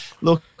look